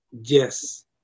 Yes